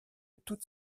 toutes